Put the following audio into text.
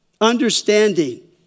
Understanding